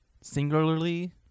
singularly